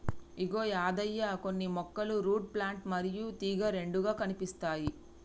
ఇగో యాదయ్య కొన్ని మొక్కలు root plant మరియు తీగ రెండుగా కనిపిస్తాయి